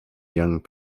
young